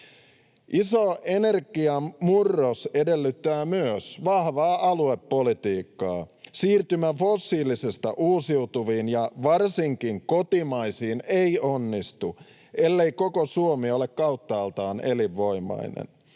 Iso energiamurros edellyttää myös vahvaa aluepolitiikkaa. Siirtymä fossiilisista uusiutuviin ja varsinkin kotimaisiin ei onnistu, ellei koko Suomi ole kauttaaltaan elinvoimainen.